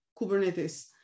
Kubernetes